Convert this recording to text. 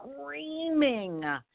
screaming